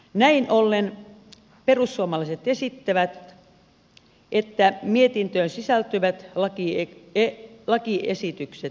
näin ollen perussuomalaiset esittävät että mietintöön sisältyvät lakiin että kaikki esitykset